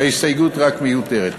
וההסתייגות רק מיותרת.